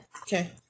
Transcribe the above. Okay